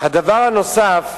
הדבר הנוסף,